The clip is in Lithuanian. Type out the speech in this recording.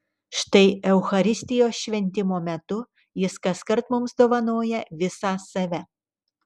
štai eucharistijos šventimo metu jis kaskart mums dovanoja visą save